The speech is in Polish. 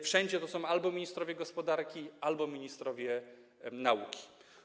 Wszędzie to są albo ministrowie gospodarki, albo ministrowie nauki.